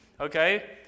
Okay